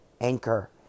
Anchor